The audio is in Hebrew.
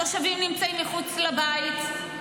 התושבים נמצאים מחוץ לבית,